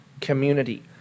community